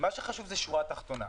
מה שחשוב זה השורה התחתונה.